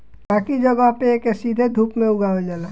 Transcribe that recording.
बाकी जगह पे एके सीधे धूप में उगावल जाला